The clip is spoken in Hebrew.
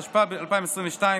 התשפ"ב 2022,